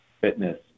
fitness